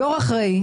יו"ר אחראי,